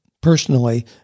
personally